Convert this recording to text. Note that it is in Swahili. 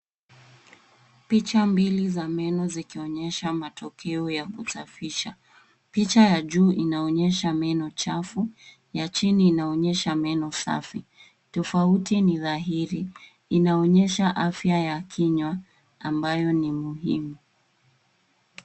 Picha mbili za meno zikionyesha matokeo ya kusafisha. Picha ya juu inaonyesha meno chafu, ya chini inaonyesha meno safi. Tofauti ni dhahiri. Inaonyesha afya ya kinywa ambayo ni muhimu.